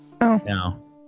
No